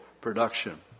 production